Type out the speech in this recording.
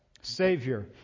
Savior